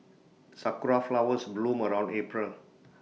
Sakura Flowers bloom around April